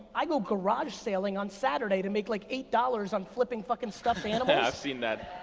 i go garage sale-ing on saturday to make like eight dollars on flipping fucking stuffed animals. i've seen that.